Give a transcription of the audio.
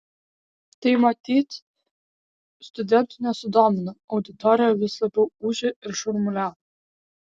tai matyt studentų nesudomino auditorija vis labiau ūžė ir šurmuliavo